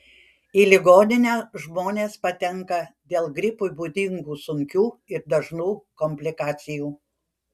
į ligoninę žmonės patenka dėl gripui būdingų sunkių ir dažnų komplikacijų